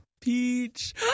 Peach